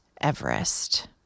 Everest